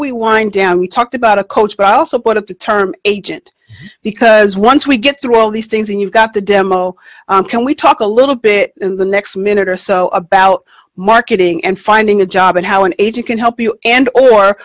we wind down we talked about a coach but i also put the term agent because once we get through all these things and you've got the demo can we talk a little bit in the next minute or so about marketing and finding a job and how an agent can help you and or